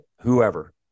whoever